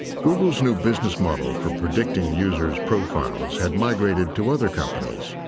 google's new business model for predicting users' profiles had migrated to other companies,